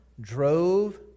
drove